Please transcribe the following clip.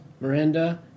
Miranda